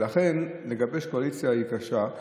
ולכן, לגבש קואליציה זה קשה,